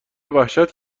وحشت